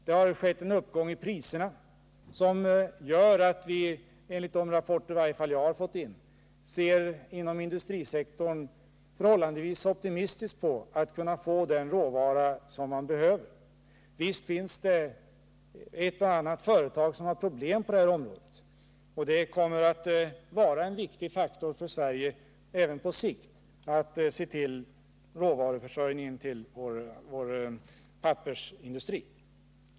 Det har skett en uppgång när det gäller priserna som gör att vi, enligt de rapporter som i varje fall jag har fått in, inom industrisektorn kan vara förhållandevis optimistiska när det gäller att få den råvara som behövs. Visst finns det ett och annat företag som har problem på det här området. Även på sikt kommer det att vara viktigt för Sverige att se till att råvaruförsörjningen tryggas till vår pappersindustri.